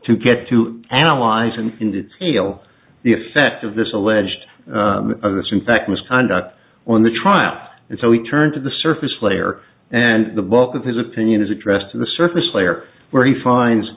to get to analyze and in detail the effect of this alleged of this in fact misconduct on the trial and so he turned to the surface layer and the bulk of his opinion is addressed to the surface layer where he finds